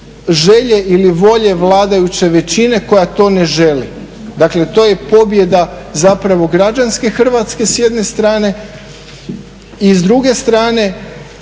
želje ili volje vladajuće većine koja to ne želi. Dakle to je pobjeda zapravo građanske Hrvatske s jedne strane i s druge strane